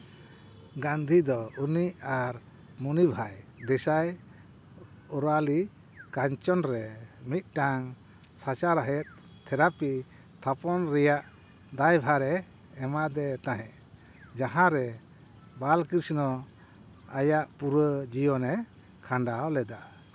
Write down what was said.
ᱜᱟᱱᱫᱷᱤ ᱫᱚ ᱩᱱᱤ ᱟᱨ ᱢᱚᱱᱤᱵᱷᱟᱭ ᱫᱮᱥᱟᱭ ᱳᱨᱟᱞᱤ ᱠᱟᱧᱪᱚᱱ ᱨᱮ ᱢᱤᱫᱴᱟᱝ ᱥᱟᱪᱟᱨᱦᱮᱫ ᱛᱷᱮᱨᱟᱯᱤ ᱛᱷᱟᱯᱚᱱ ᱨᱮᱭᱟᱜ ᱫᱟᱭᱵᱷᱟᱨᱮ ᱮᱢᱟᱫᱮ ᱛᱟᱦᱮᱸᱜ ᱡᱟᱦᱟᱸ ᱨᱮ ᱵᱟᱞ ᱠᱨᱤᱥᱱᱚ ᱟᱭᱟᱜ ᱯᱩᱨᱟᱹ ᱡᱤᱭᱚᱱᱮ ᱠᱷᱟᱱᱰᱟᱣ ᱞᱮᱫᱟ